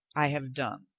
i have done.